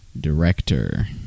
Director